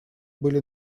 были